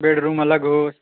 bedroom अलग हो